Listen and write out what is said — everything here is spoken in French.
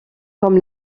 comme